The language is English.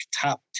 top